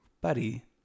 buddy